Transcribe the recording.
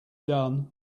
done